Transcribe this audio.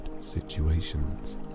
situations